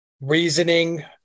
reasoning